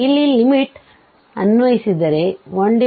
ಇಲ್ಲಿ ಲಿಮಿಟ್ಅನ್ವಯಿಸಿದರೆ 1 1 11